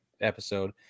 episode